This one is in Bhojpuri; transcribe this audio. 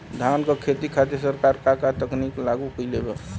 धान क खेती खातिर सरकार का का तकनीक लागू कईले बा?